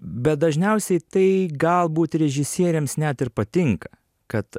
bet dažniausiai tai galbūt režisieriams net ir patinka kad